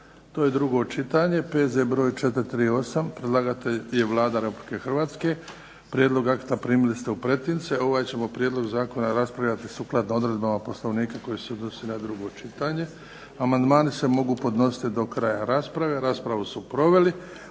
da je prvo čitanje